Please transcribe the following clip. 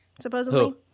Supposedly